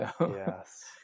Yes